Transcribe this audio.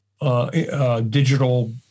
Digital